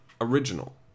original